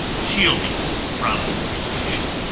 shielding from radiation